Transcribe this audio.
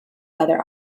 other